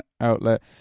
outlet